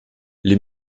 les